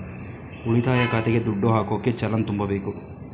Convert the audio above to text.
ಉಳಿತಾಯ ಖಾತೆಗೆ ದುಡ್ಡು ಹಾಕೋಕೆ ಚಲನ್ ತುಂಬಬೇಕು